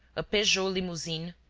a peugeot limousine,